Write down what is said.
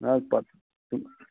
نہَ حَظ پَتہٕ